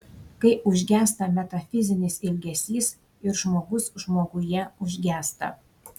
kai užgęsta metafizinis ilgesys ir žmogus žmoguje užgęsta